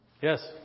Yes